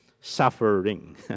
Suffering